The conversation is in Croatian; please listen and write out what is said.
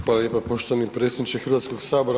Hvala lijepa poštovani predsjedniče Hrvatskog sabora.